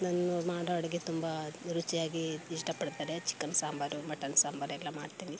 ನಾನು ಮಾಡೋ ಅಡುಗೆ ತುಂಬ ರುಚಿಯಾಗಿ ಇಷ್ಟಪಡುತ್ತಾರೆ ಚಿಕನ್ ಸಾಂಬಾರು ಮಟನ್ ಸಾಂಬಾರು ಎಲ್ಲ ಮಾಡ್ತೀನಿ